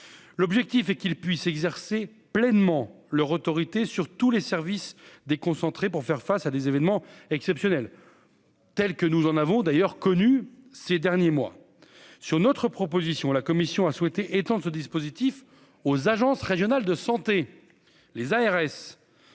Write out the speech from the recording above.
l'objectif est qu'il puisse exercer pleinement leur autorité sur tous les services déconcentrés pour faire face à des événements exceptionnels tels que nous en avons d'ailleurs connu ces derniers mois sur notre proposition, la Commission a souhaité étendre ce dispositif aux agences régionales de santé-les ARS,